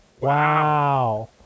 Wow